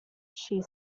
she